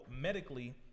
medically